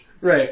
Right